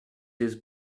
his